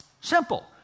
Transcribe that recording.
Simple